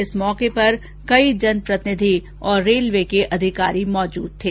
इस अवसर पर कई जनप्रतिनिधि और रेलवे के अधिकारी मौजूद थे